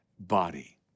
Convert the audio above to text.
body